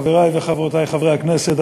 חברי וחברותי חברי הכנסת,